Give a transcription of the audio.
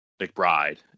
McBride